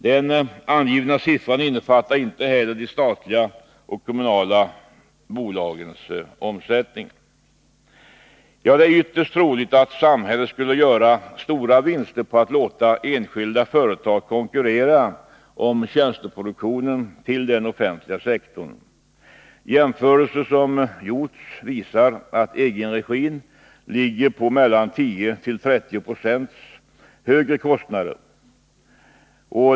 Den angivna siffran innefattar inte heller de statliga och kommunala bolagens omsättning. Det är ytterst troligt att samhället skulle göra stora vinster på att låta enskilda företag konkurrera om tjänsteproduktionen till den offentliga sektorn. Jämförelser som gjorts visar att egenregin ligger på mellan 10 och 30 96 högre kostnader.